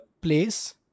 place